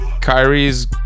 Kyrie's